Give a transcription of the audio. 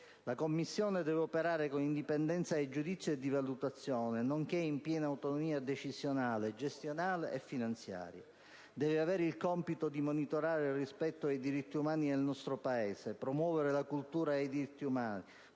La Commissione deve operare con indipendenza di giudizio e di valutazione, nonché in piena autonomia decisionale, gestionale e finanziaria, con i seguenti compiti: monitorare il rispetto dei diritti umani nel nostro Paese; promuovere la cultura dei diritti umani;